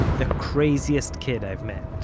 the craziest kid i've met